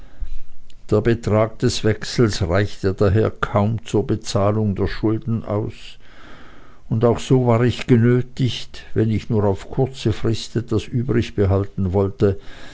der betrag des wechsels reichte daher kaum zur bezahlung der schulden aus und auch so war ich genötigt wenn ich nur auf kurze frist etwas übrigbehalten wollte